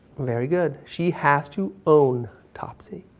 very good. she has to own topsy.